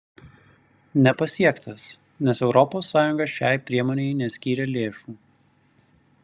nepasiektas nes europos sąjunga šiai priemonei neskyrė lėšų